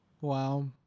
Wow